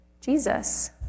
Jesus